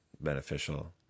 beneficial